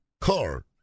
car